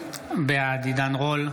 בעד עידן רול,